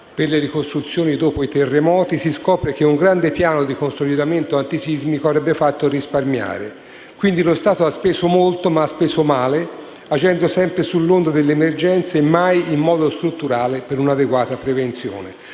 per le ricostruzioni dopo i terremoti, si scopre che un grande piano di consolidamento antisismico avrebbe fatto risparmiare. Quindi, lo Stato ha speso molto, ma male, agendo sempre sull'onda delle emergenze e mai in modo strutturale per un'adeguata prevenzione.